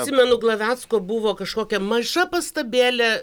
atsimenu glavecko buvo kažkokia maža pastabėlė